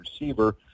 receiver